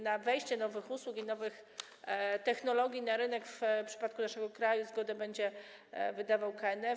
Na wejście nowych usług i nowych technologii na rynek w przypadku naszego kraju zgodę będzie wydawał KNF.